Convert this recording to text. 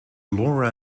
laura